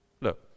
Look